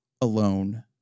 alone